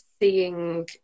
seeing